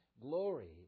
glory